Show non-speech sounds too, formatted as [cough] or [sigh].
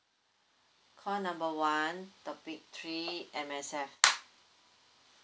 call number one topic three M_S_F [noise]